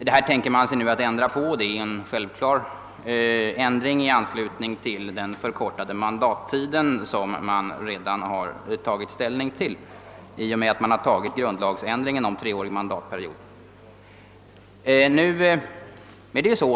Detta anses nu vara en självklar ändring i anslutning till den förkortning av mandattiden som sker i och med att grundlagsändringen om treårig mandatperiod genomföres.